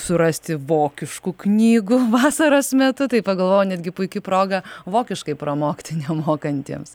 surasti vokiškų knygų vasaros metu tai pagalvojau netgi puiki proga vokiškai pramokti nemokantiems